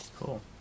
cool